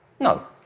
No